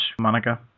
Monica